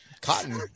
Cotton